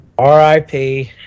RIP